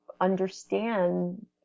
understand